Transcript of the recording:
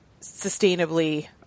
sustainably